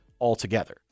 altogether